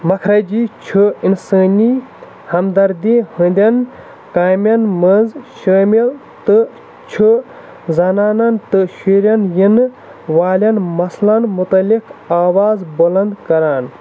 مکھرَجی چھُ اِنسٲنی ہمدَردی ہٕنٛدٮ۪ن کامٮ۪ن منٛز شٲمِل تہٕ چھُ زنانَن تہٕ شُرٮ۪ن یِنہٕ والٮ۪ن مَسلَن متعلق آواز بُلنٛد کران